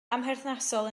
amherthnasol